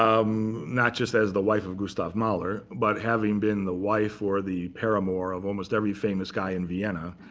um not just as the wife of gustav mahler, but having been the wife, or the paramour, of almost every famous guy in vienna.